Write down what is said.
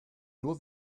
nur